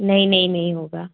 नहीं नहीं नहीं होगा